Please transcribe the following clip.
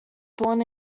born